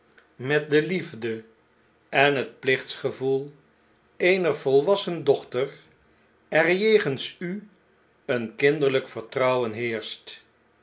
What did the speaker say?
met de liefde en het plichtgevoel eener volwassen dochter er jegens u een kinderljjk vertrouwen heerscht